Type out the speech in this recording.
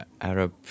Arab